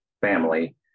family